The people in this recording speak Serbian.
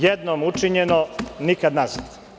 Jednom učinjeno, nikada nazad.